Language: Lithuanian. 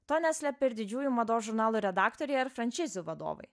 to neslepia ir didžiųjų mados žurnalų redaktoriai ar franšizių vadovai